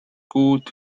kuud